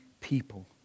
people